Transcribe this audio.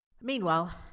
Meanwhile